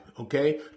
okay